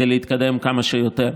כדי להתקדם כמה שיותר.